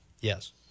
Yes